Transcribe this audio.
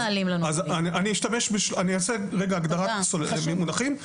אני אגדיר את המונחים.